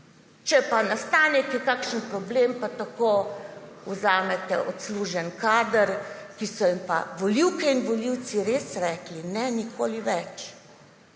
Če nastane kje kakšen problem, pa tako vzamete odslužene kadre, ki so jim pa volivke in volivci res rekli, ne, nikoli več,